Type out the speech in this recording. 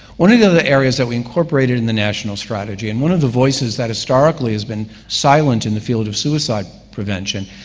one of the other areas that we incorporated in the national strategy, and one of the voices that historically has been silent in the field of suicide prevention,